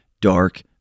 dark